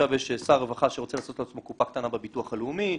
עכשיו שר הרווחה רוצה לעשות לעצמו קופה קטנה בביטוח הלאומי,